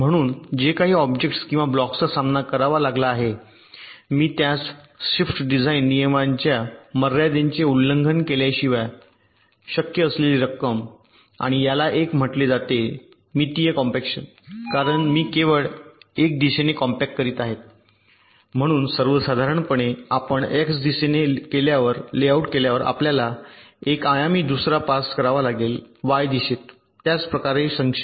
म्हणून जे काही ऑब्जेक्ट्स किंवा ब्लॉक्सचा सामना करावा लागला आहे मी त्यास शिफ्ट डिझाइन नियमांच्या मर्यादेचे उल्लंघन केल्याशिवाय शक्य असलेली रक्कम आणि याला 1 म्हटले जाते मितीय कॉम्पॅक्शन कारण मी केवळ 1 दिशेने कॉम्पॅक्ट करीत आहे परंतु सर्वसाधारणपणे आपण x दिशेने लेआउट केल्यावर आपल्याला 1 आयामी दुसरा पास करावा लागेल y दिशेत त्याच प्रकारे संक्षेप